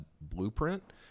blueprint